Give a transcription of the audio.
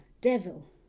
devil